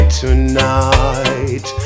tonight